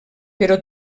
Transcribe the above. però